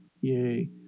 Yay